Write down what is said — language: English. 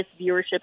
viewership